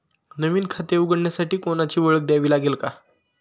नवीन खाते उघडण्यासाठी कोणाची ओळख द्यावी लागेल का?